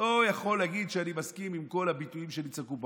אני לא יכול להגיד שאני מסכים עם כל הביטויים שנצעקו פה,